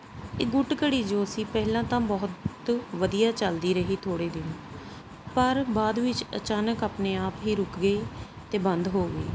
ਇਹ ਗੁਟ ਘੜੀ ਜੋ ਸੀ ਪਹਿਲਾਂ ਤਾਂ ਬਹੁਤ ਵਧੀਆ ਚਲਦੀ ਰਹੀ ਥੋੜ੍ਹੇ ਦਿਨ ਪਰ ਬਾਅਦ ਵਿੱਚ ਅਚਾਨਕ ਆਪਣੇ ਆਪ ਹੀ ਰੁਕ ਗਈ ਅਤੇ ਬੰਦ ਹੋ ਗਈ